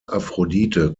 aphrodite